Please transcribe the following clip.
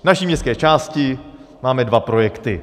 V naší městské části máme dva projekty.